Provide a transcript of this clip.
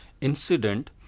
incident